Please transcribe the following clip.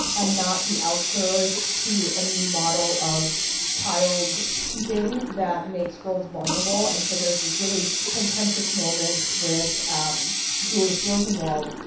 and not be outsourced to a new model of child keeping that makes girls vulnerable. and so there's these really contentious moments with julius rosenwald,